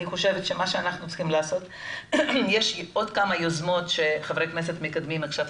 יש עוד כמה יוזמות שחברי כנסת מקדמים עכשיו.